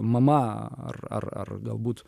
mama ar ar ar galbūt